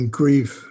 grief